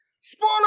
Spoiler